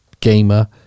gamer